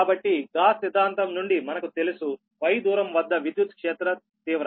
కాబట్టి గాస్ సిద్ధాంతం నుండి మనకు తెలుసు y దూరం వద్ద విద్యుత్ క్షేత్ర తీవ్రత